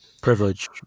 Privilege